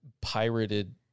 pirated